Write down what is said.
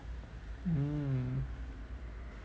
mm